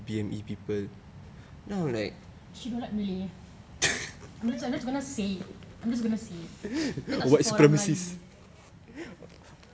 she don't like malay I'm just gonna say it I'm just gonna say it dia tak suka orang melayu